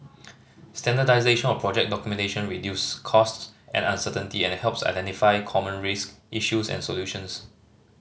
standardisation of project documentation reduces costs and uncertainty and helps identify common risk issues and solutions